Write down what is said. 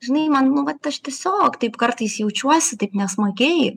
žinai man nu vat aš tiesiog taip kartais jaučiuosi taip nesmagiai